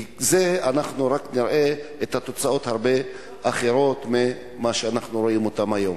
כי נראה תוצאות אחרות בהרבה מאלה שאנחנו רואים היום.